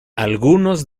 algunos